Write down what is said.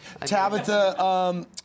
Tabitha